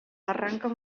arranca